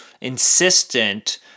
insistent